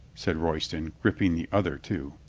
said royston, gripping the other, too.